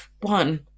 one